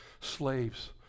slaves